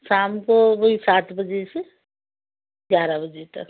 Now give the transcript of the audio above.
शाम को भी सात बजे से ग्यारह बजे तक